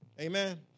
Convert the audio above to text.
amen